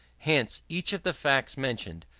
hence each of the facts mentioned,